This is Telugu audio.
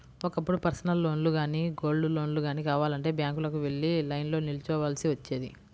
ఒకప్పుడు పర్సనల్ లోన్లు గానీ, గోల్డ్ లోన్లు గానీ కావాలంటే బ్యాంకులకు వెళ్లి లైన్లో నిల్చోవాల్సి వచ్చేది